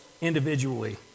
individually